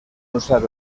usar